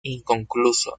inconcluso